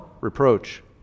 Reproach